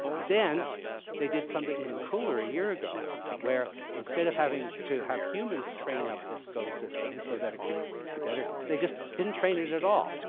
but then they did something even cooler a year ago where instead of having to have humans train up this go system so that it could do better, they just didn't train it at all.